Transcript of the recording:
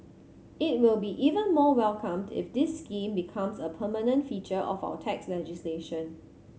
it will be even more welcomed if this scheme becomes a permanent feature of our tax legislation